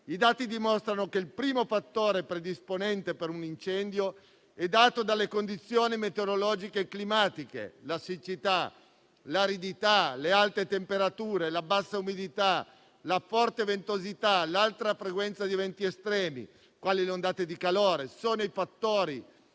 I dati dimostrano che il primo fattore predisponente per un incendio è dato dalle condizioni meteorologiche e climatiche: la siccità, l'aridità, le alte temperature, la bassa umidità, la forte ventosità, l'alta frequenza di eventi estremi, quali le ondate di calore, sono i fattori in